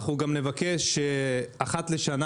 נבקש אחת לשנה